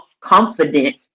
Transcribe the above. confident